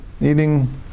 Eating